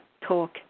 Talk